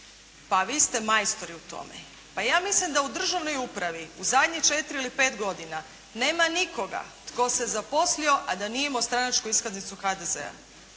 pa vi ste majstori u tome. Pa ja mislim da u državnoj upravi u zadnjih četiri ili pet godina nema nikoga tko se zaposlio a da nije imao stranačku iskaznicu HDZ-a.